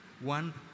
one